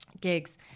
gigs